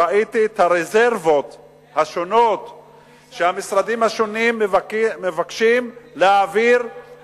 בוועדת הכספים וראיתי את הרזרבות השונות שהמשרדים השונים מבקשים להעביר,